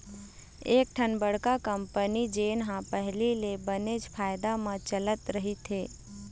कइठन बड़का कंपनी जेन ह पहिली ले बनेच फायदा म चलत रहिथे